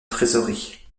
trésorerie